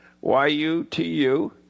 Y-U-T-U